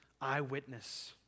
eyewitness